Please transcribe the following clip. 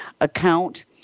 account